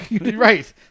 Right